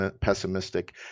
pessimistic